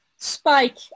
spike